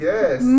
Yes